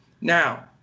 Now